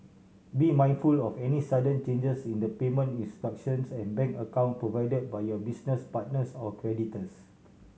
be mindful of any sudden changes in the payment instructions and bank account provide by your business partners or creditors